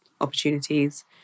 opportunities